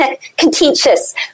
contentious